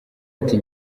ati